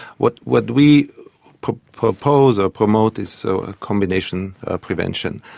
what what we propose or promote is so a combination prevention,